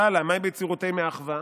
"תעלא מאי בצירותיה מאחווה".